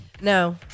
No